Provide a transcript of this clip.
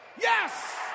Yes